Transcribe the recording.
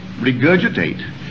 regurgitate